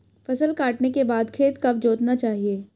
फसल काटने के बाद खेत कब जोतना चाहिये?